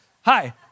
hi